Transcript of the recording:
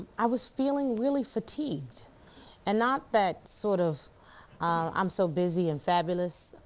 i was feeling really fatigued and not that sort of i'm so busy and fabulous,